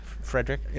Frederick